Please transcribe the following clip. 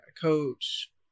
coach